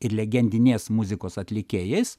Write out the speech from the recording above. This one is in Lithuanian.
ir legendinės muzikos atlikėjais